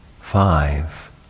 five